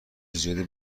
زیادی